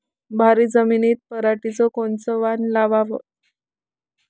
भारी जमिनीत पराटीचं कोनचं वान लावाव?